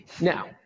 Now